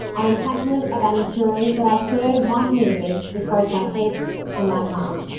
i am passionate about ensuring that i serve my community with both my head and my heart.